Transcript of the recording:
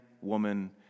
woman